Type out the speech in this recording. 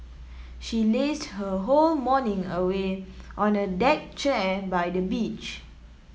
she lazed her whole morning away on a deck chair by the beach